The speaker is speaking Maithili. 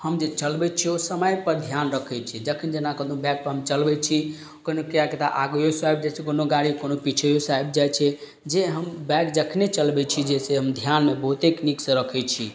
हम जे चलबय छियै ओ समयपर ध्यान रखय छी जखन जेना कोनो बाइकपर हम चलबइ छी कोनो किआ किआ तऽ आगयो सँ आबि जाइ छै कोनो गाड़ी कोनो पीछैयोसँ आबि जाइ छै जे हम बाइक जखने चलबय छी जैसे हम ध्यानमे बहुतेक नीकसँ रखय छी